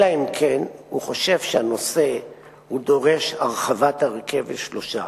אלא אם כן הוא חושב שהנושא דורש הרחבת ההרכב לשלושה.